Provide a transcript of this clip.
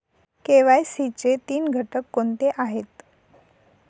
KYC चे तीन घटक कोणते आहेत?